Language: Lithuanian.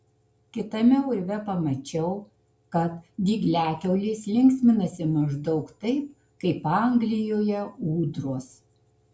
kitame urve pamačiau kad dygliakiaulės linksminasi maždaug taip kaip anglijoje ūdros